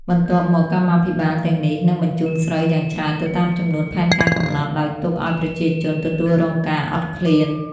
បន្ទាប់មកកម្មាភិបាល ទាំងនេះនឹងបញ្ជូនស្រូវយ៉ាងច្រើនទៅតាមចំនួនផែនការកំណត់ ដោយទុកឱ្យប្រជាជនទទួលរងការអត់ឃ្លាន។